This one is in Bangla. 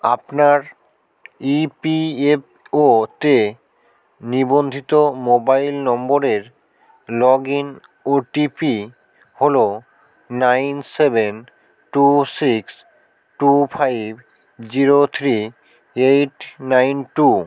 আপনার ই পি এফ ও তে নিবন্ধিত মোবাইল নম্বরের লগ ইন ওটিপি হলো nine seven two six two five zero three eight nine two